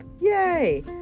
yay